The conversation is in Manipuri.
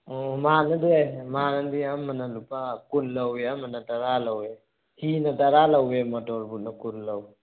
ꯎꯝ ꯃꯅꯥꯗꯦ ꯃꯅꯥꯗꯦ ꯑꯃꯅ ꯂꯨꯄꯥ ꯀꯨꯟ ꯂꯧꯋꯦ ꯑꯃꯅ ꯇꯔꯥ ꯂꯧꯋꯦ ꯍꯤꯅ ꯇꯔꯥ ꯂꯧꯋꯦ ꯃꯣꯇꯣꯔ ꯕꯣꯠꯅ ꯀꯨꯟ ꯂꯧꯋꯦ